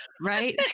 right